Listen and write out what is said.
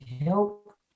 help